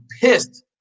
pissed